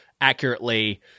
accurately